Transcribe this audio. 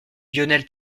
lionel